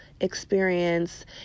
experience